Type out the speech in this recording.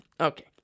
okay